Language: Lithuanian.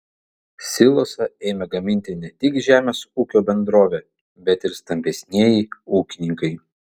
silosą ėmė gaminti ne tik žemės ūkio bendrovė bet ir stambesnieji ūkininkai